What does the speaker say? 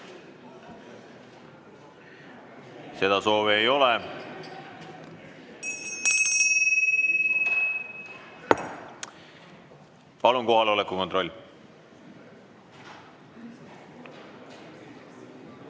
Seda soovi ei ole. Palun kohaloleku kontroll!